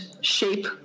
shape